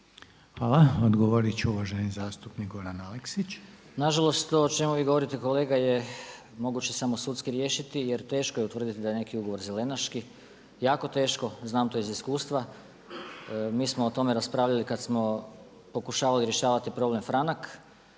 Hvala. Odgovorit će uvaženi zastupnik Goran Aleksić. **Aleksić, Goran (SNAGA)** Nažalost, to o čemu vi govorite kolega je moguće samo sudski riješiti jer teško je utvrditi da je neki ugovor zelenaški, jako teško, znam to iz iskustva. Mi smo o tome raspravljali kada smo pokušavali rješavati problem „Franak“.